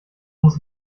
muss